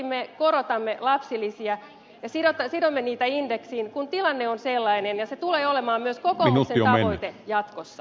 luonnollisesti me korotamme lapsilisiä ja sidomme niitä indeksiin kun tilanne on sellainen ja se tulee olemaan myös kokoomuksen tavoite jatkossa